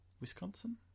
Wisconsin